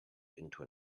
into